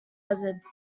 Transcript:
hazards